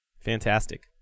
Fantastic